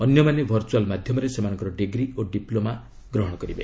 ଅନ୍ୟମାନେ ଭର୍ଚୁଆଲ୍ ମାଧ୍ୟମରେ ସେମାନଙ୍କର ଡିଗ୍ରୀ ଓ ଡିପ୍ଲୋମା ଗ୍ରହଣ କରିବେ